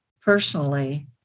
personally